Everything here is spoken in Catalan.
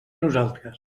nosaltres